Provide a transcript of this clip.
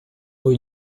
rue